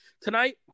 Tonight